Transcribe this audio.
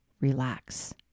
relax